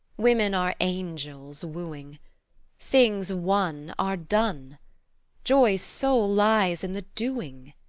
women are angels, wooing things won are done joy's soul lies in the doing.